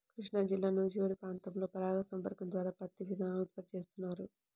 కృష్ణాజిల్లా నూజివీడు ప్రాంతంలో పరాగ సంపర్కం ద్వారా పత్తి విత్తనాలను ఉత్పత్తి చేస్తున్నారు